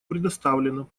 предоставлено